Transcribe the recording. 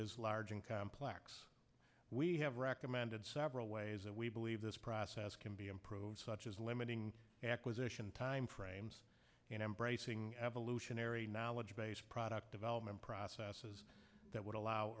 is large and complex we have recommended several ways that we believe this process can be improved such as limiting acquisition time frames in embracing evolutionary knowledge base product development processes that would allow